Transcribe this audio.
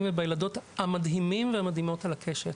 ובילדות המדהימים והמדהימות על הקשת.